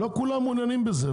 לא כולם מעוניינים בזה,